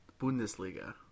Bundesliga